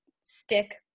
stick